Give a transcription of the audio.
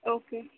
okay